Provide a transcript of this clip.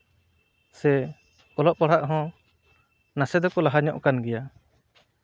ᱥᱮ ᱚᱞᱚᱜ ᱯᱟᱲᱦᱟᱜ ᱦᱚᱸ ᱱᱟᱥᱮ ᱫᱚᱠᱚ ᱞᱟᱦᱟ ᱧᱚᱜ ᱟᱠᱟᱱ ᱜᱮᱭᱟ